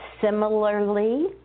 similarly